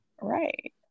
Right